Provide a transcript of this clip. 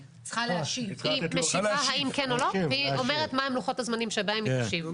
היא משיבה האם כן או לא והיא אומרת מהם לוחות הזמנים שבהם היא תשיב.